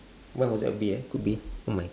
what was that be ah could be oh my